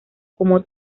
como